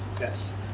Yes